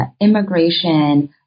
immigration